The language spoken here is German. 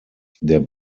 der